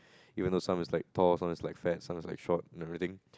even though some was like tall some was like fat some was like short and everything